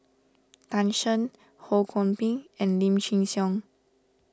Tan Shen Ho Kwon Ping and Lim Chin Siong